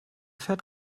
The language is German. fährt